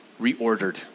reordered